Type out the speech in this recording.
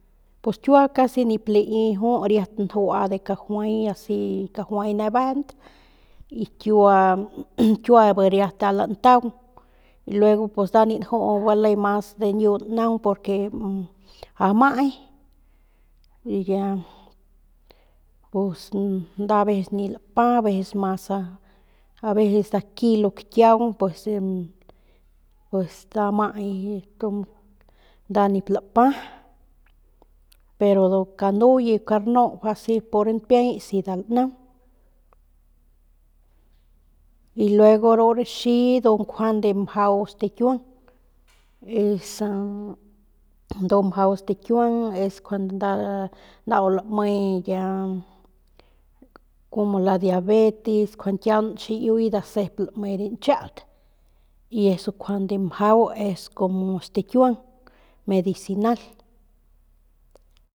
Pues kiua casi nip lai ju ut riat njua de kajuay si kajuay ne bejent y kiua bi riat nda lantaung y luego pues nda ni njuu mas diñio naung porque amay y ya pus aa aveces nip lapa aveces mas a aveces nda kilo pues aa pues nda amay nda nip lapa pero ru kanuye karnu asi por rampiay asi nda lanaung y luego ru raxi ndu njuande mjau stakiuang esa ndu mjau stakiuang es njuande nda ya lame kjuande ya como la diabetes njuande kiaun xiiuy nda sep lame rañchaut y eso njuande mjau es como stakiuang medicinal.